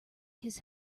his